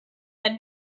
had